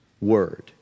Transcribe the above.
word